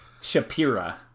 Shapira